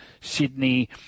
sydney